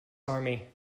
army